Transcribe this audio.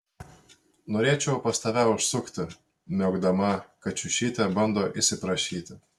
norėčiau pas tave užsukti miaukdama kačiušytė bando įsiprašyti